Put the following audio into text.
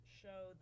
show